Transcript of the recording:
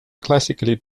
classically